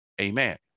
Amen